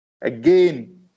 Again